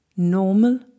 Normal